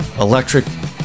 electric